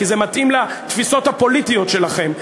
כי זה מתאים לתפיסות הפוליטיות שלכם,